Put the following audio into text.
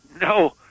no